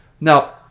Now